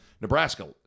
Nebraska